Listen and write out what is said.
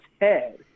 head